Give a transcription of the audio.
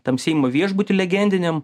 tam seimo viešbuty legendiniam